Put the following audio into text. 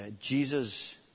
Jesus